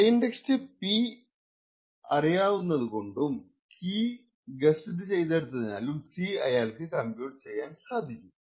plain text P അറിയാവുന്നതുകൊണ്ടും key guess ചെയ്തെടുത്തതിനാലും C അയാൾക്ക് കംപ്യൂട്ട് ചെയ്യാൻ സാധിക്കും